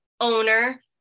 owner